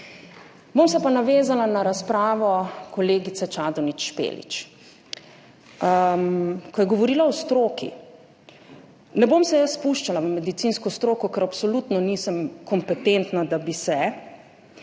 bom pa navezala na razpravo kolegice Čadonič Špelič, ko je govorila o stroki. Ne bom se jaz spuščala v medicinsko stroko, ker absolutno nisem kompetentna, da bi se,